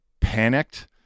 panicked